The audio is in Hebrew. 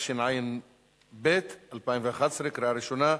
התשע"ב 2011, קריאה ראשונה,